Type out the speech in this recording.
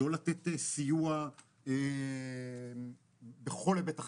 לא לתת סיוע בכל היבט אחר.